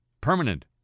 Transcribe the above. permanent